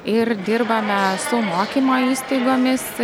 ir dirbame su mokymo įstaigomis